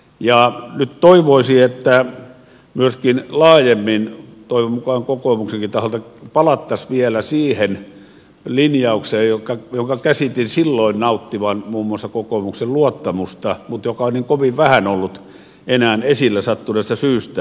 nyt toivoisi että myöskin laajemmin toivon mukaan kokoomuksenkin taholta palattaisiin vielä siihen linjaukseen jonka käsitin silloin nauttivan muun muassa kokoomuksen luottamusta mutta joka on niin kovin vähän ollut enää esillä sattuneesta syystä